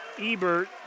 Ebert